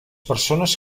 persones